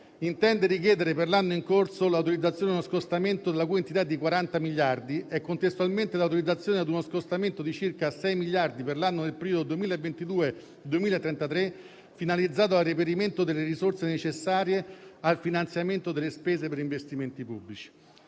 intende richiedere per l'anno in corso l'autorizzazione a uno scostamento la cui entità è di 40 miliardi e contestualmente l'autorizzazione a uno scostamento di circa 6 miliardi per gli anni del periodo 2022-2033, finalizzato al reperimento delle risorse necessarie al finanziamento delle spese per investimenti pubblici.